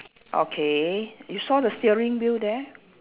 okay you saw the steering wheel there